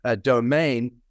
Domain